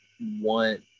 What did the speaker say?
want